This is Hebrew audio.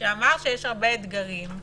שאמר שיש הרבה אתגרים,